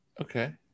Okay